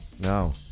No